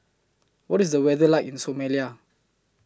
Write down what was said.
What IS The weather like in Somalia